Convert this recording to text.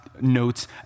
notes